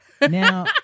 Now